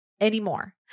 anymore